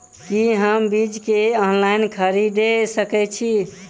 की हम बीज केँ ऑनलाइन खरीदै सकैत छी?